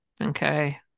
Okay